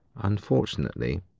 Unfortunately